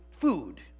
food